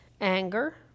anger